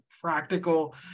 practical